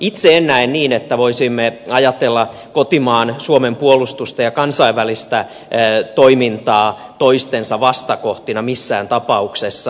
itse en näe niin että voisimme ajatella kotimaan suomen puolustusta ja kansainvälistä toimintaa toistensa vastakohtina missään tapauksessa